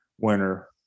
winner